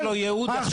לא, יש לו ייעוד אחר.